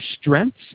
strengths